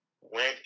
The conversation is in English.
went